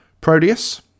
Proteus